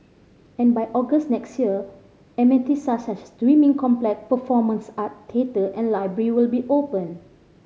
and by August next year amenities such as the swimming complex performance art theatre and library will be open